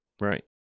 Right